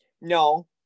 No